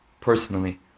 Personally